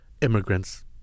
immigrants